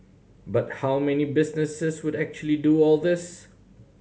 but how many businesses would actually do all this